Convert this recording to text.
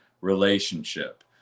relationship